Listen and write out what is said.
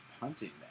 punting